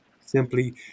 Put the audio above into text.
simply